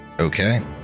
Okay